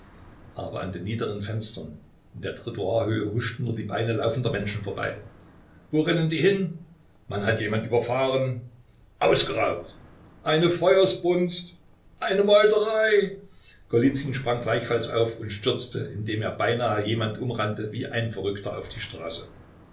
aber an den niederen fenstern in der trottoirhöhe huschten nur die beine laufender menschen vorbei wo rennen die hin man hat jemand überfahren ausgeraubt eine feuersbrunst eine meuterei golizyn sprang gleichfalls auf und stürzte indem er beinahe jemand umrannte wie ein verrückter auf die straße